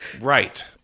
Right